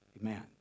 Amen